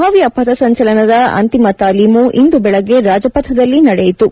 ಭವ್ಯ ಪಥಸಂಚಲನದ ಅಂತಿಮ ತಾಲೀಮು ಇಂದು ಬೆಳಿಗ್ಗೆ ರಾಜಪಥದಲ್ಲಿ ನಡೆಯಿತು